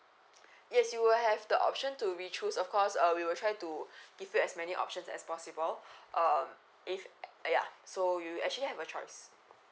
yes you will have the option to be choose of course uh we will try to give you as many options as possible um if yeah so you actually have a choice